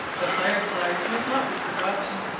the fire-flies must not be forgotten,